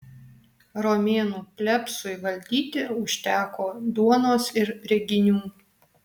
romėnų plebsui valdyti užteko duonos ir reginių